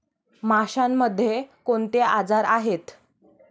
माशांमध्ये कोणते आजार आहेत?